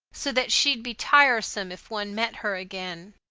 so that she'd be tiresome if one met her again.